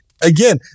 Again